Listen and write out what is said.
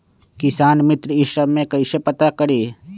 किसान मित्र ई सब मे कईसे पता करी?